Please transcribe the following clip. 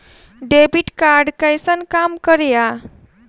Debit card कैसन काम करेया?